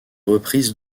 reprises